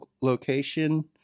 location